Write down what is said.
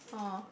oh